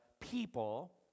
people